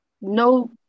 no